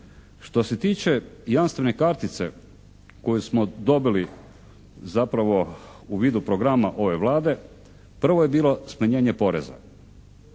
Što se tiče jamstvene kartice koju smo dobili zapravo u vidu programa ove Vlade, prvo je bilo smanjenje poreza.